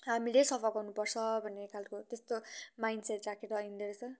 हामीले सफा गर्नुपर्छ भन्ने खालको त्यस्तो माइन्डसेट राखेर हिँड्दोरहेछ